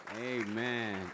amen